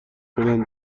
خودم